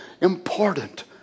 important